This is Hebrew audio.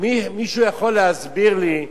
מישהו יכול להסביר לי,